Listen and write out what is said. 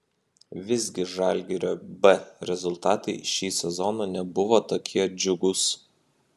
visgi žalgirio b rezultatai šį sezoną nebuvo tokie džiugūs